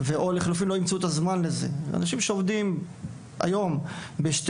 שלא ימצאו את הזמן לזה כי יש אנשים שעובדים בעוד עבודה,